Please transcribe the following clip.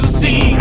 see